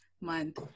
Month